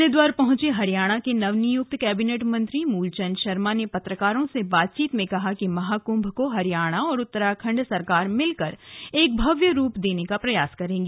हरिद्वार पहुंचे हरियाणा के नवनियुक्त कैबिनेट मंत्री मूलचंद शर्मा ने पत्रकारों से बातचीत में कहा कि महाकुंभ को हरियाणा और उत्तराखंड सरकार मिलकर एक भव्य रूप देने का प्रयास करेगी